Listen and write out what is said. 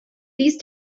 these